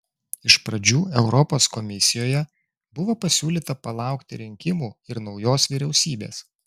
iš pradžių europos komisijoje buvo pasiūlyta palaukti rinkimų ir naujos vyriausybės